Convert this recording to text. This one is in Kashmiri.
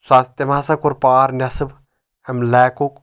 تٔمۍ ہسا کوٚر پار اَمہِ نؠصٕب لیکُک